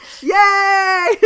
Yay